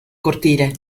cortile